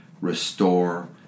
restore